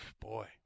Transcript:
boy